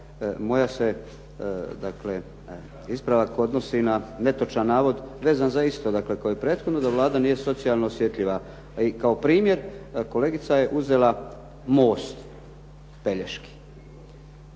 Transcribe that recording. moja se, dakle ispravak odnosi na netočan navod vezan za isto, dakle, kao i prethodno da Vlada nije socijalno osjetljiva. I kao primjer, kolegica je uzela most Pelješki.